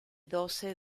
doce